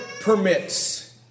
permits